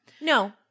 No